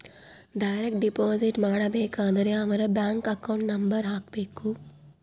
direct deposit ಮಾಡಬೇಕಾದರೆ ಅವರ್ bank account number ಹಾಕ್ಬೆಕು